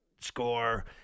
score